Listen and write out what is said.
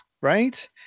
right